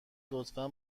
لطفا